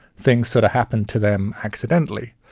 things sort of happened to them accidentally,